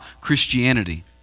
Christianity